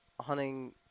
hunting